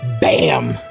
bam